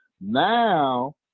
Now